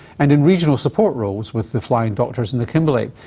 and in regional support roles with the flying doctors in the kimberley,